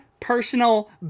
personal